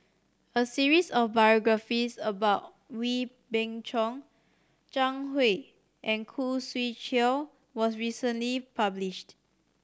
a series of biographies about Wee Beng Chong Zhang Hui and Khoo Swee Chiow was recently published